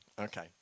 Okay